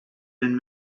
been